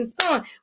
Son